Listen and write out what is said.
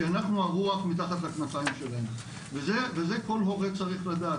כי אנחנו הרוח מתחת לכנפיים שלהם וזה כל הורה צריך לדעת,